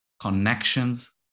connections